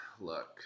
look